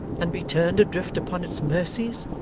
and be turned adrift upon its mercies